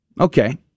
Okay